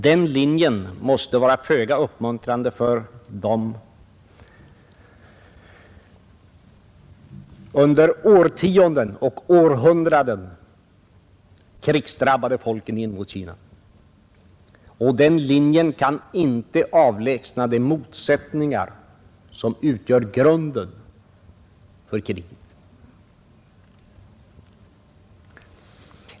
Den linjen måste vara föga uppmuntrande för de under årtionden och århundraden krigsdrabbade folken i Indokina. Och den linjen kan inte avlägsna de motsättningar som utgör grunden för kriget.